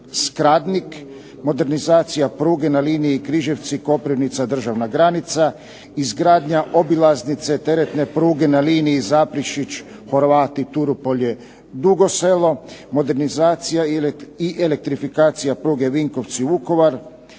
Skradnik, modernizacija pruge na liniji Križevci – Koprivnica – državna granica. Izgradnja obilaznice teretne pruge na liniji Zaprešić – Horvati – Turopolje – Dugo Selo. Modernizacija i elektrifikacija pruge Vinkovci – Vukovar,